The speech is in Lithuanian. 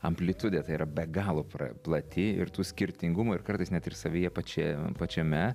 amplitudė tai yra be galo pra plati ir skirtingumo ir kartais net ir savyje pačia pačiame